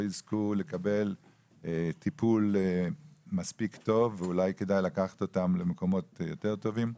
יזכו לקבל טיפול מספיק טוב ואולי כדאי לקחת אותם למקומות יותר טובים.